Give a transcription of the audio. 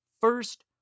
first